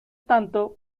tanto